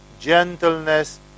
gentleness